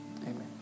amen